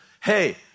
Hey